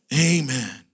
Amen